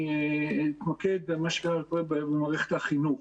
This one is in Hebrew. אני אתמקד במה שקורה במערכת החינוך.